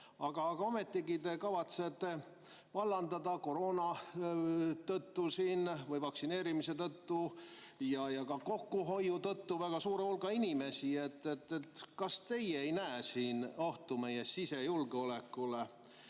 Aga ometigi kavatsete te vallandada koroona või vaktsineerim[atuse] tõttu ja ka kokkuhoiu tõttu väga suure hulga inimesi. Kas teie ei näe siin ohtu meie sisejulgeolekule?